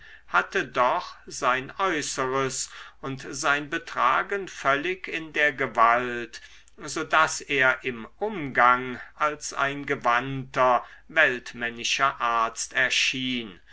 hatte doch sein äußeres und sein betragen völlig in der gewalt so daß er im umgang als ein gewandter weltmännischer arzt erschien